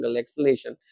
explanation